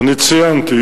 אני ציינתי.